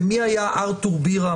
ומי היה ארתור בירם,